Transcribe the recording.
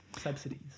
subsidies